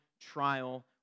trial